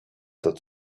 that